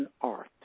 art